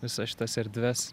visas šitas erdves